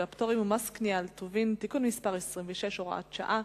והפטורים ומס קנייה על טובין (תיקון מס' 26 והוראת שעה),